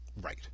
Right